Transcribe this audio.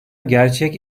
gerçek